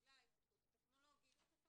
בגלל ההתפתחות הטכנולוגית.